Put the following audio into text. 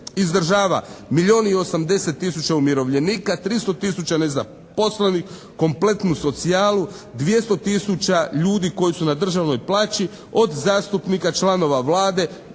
i 080 tisuća umirovljenika, 300 tisuća nezaposlenih, kompletnu socijalu, 200 tisuća ljudi koji su na državnoj plaći, od zastupnika, članova Vlade.